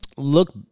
look